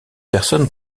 personnes